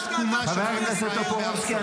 תצביע נגד עידוד שירות צבאי?